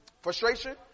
Frustration